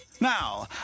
Now